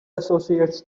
associates